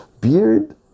beard